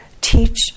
teach